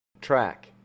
Track